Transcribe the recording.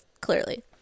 clearly